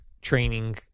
training